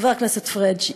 חבר הכנסת פריג',